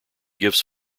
gives